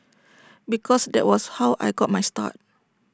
because that was how I got my start